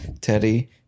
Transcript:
Teddy